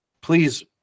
please